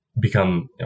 become